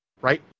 right